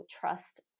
trust